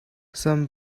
some